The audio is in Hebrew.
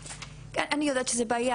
אני יודעת שזו בעיה,